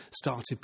started